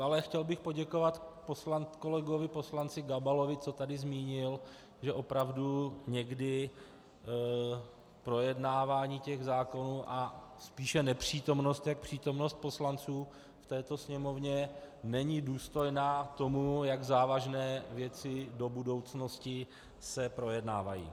Ale chtěl bych poděkovat kolegovi poslanci Gabalovi, co tady zmínil, že opravdu někdy projednávání těch zákonů a spíše nepřítomnost než přítomnost poslanců v této Sněmovně není důstojná tomu, jak závažné věci do budoucnosti se projednávají.